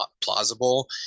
plausible